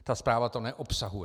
Ta zpráva to neobsahuje.